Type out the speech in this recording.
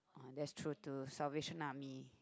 oh that's true to Salvation Army